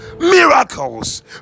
miracles